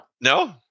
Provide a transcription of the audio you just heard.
No